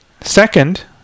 Second